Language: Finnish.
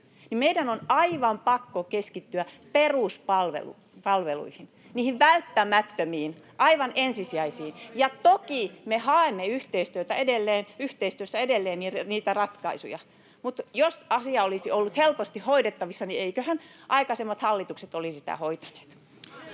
meidän on aivan pakko keskittyä peruspalveluihin — niihin välttämättömiin, aivan ensisijaisiin. Toki me haemme yhteistyössä edelleen niitä ratkaisuja, mutta jos asia olisi ollut helposti hoidettavissa, niin eivätköhän aikaisemmat hallitukset olisi sen hoitaneet.